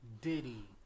Diddy